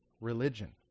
religion